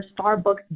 Starbucks